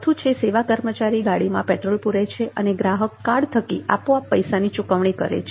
ચોથુ છે સેવા કર્મચારી ગાડીમાં પેટ્રોલ પૂરે છે અને ગ્રાહક કાર્ડ થકી આપોઆપ પૈસાની ચુકવણી કરે છે